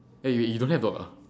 eh you you don't have dog ah